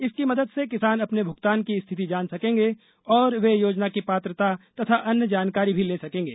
इसकी मदद से किसान अपने भुगतान की स्थिति जान सकेंगे और वे योजना की पात्रता तथा अन्य जानकारी भी ले सकेंगे